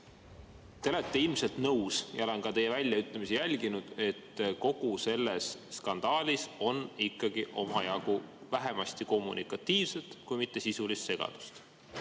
Te olete ilmselt nõus – olen teie väljaütlemisi jälginud –, et kogu selles skandaalis on ikkagi omajagu vähemasti kommunikatiivset, kui mitte sisulist segadust.